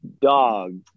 dog